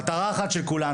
מעורבים בזה,